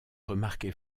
remarquer